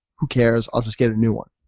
who cares? i'll just get a new one,